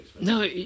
no